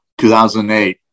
2008